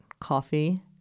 coffee